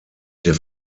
der